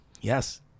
Yes